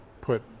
put